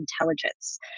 intelligence